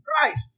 Christ